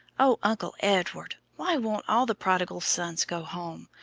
oh, uncle edward, why won't all the prodigal sons go home?